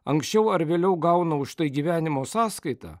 ankščiau ar vėliau gauna už tai gyvenimo sąskaita